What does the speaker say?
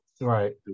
right